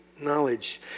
knowledge